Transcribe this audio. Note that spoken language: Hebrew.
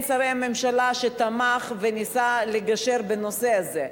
שרי הממשלה שתמך וניסה לגשר בנושא הזה.